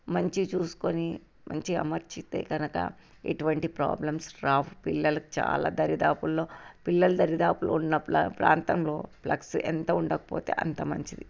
మంచిగా చూసుకొని మంచిగా అమర్చితే కనుక ఇటువంటి ప్రాబ్లమ్స్ రావు పిల్లలకు చాలా దరిదాపుల్లో పిల్లలు దరిదాపులు ఉన్న ప్రాంతంలో ప్లగ్స్ ఎంత ఉండకపోతే అంత మంచిది